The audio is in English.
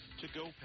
to-go